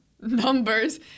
numbers